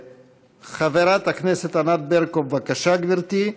חברת הכנסת ענת ברקו, בבקשה, גברתי.